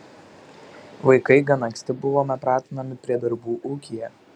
vaikai gan anksti buvome pratinami prie darbų ūkyje